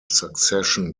succession